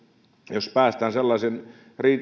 jos päästään sellaiseen